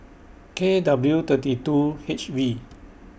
K W thirty two H V